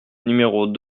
numéros